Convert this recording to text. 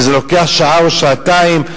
זה לוקח שעה או שעתיים,